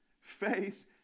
faith